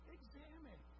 Examine